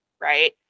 right